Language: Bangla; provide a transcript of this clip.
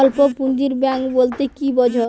স্বল্প পুঁজির ব্যাঙ্ক বলতে কি বোঝায়?